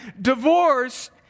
Divorce